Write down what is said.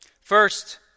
First